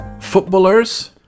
footballers